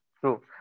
True